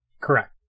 Correct